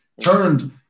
Turned